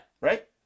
Right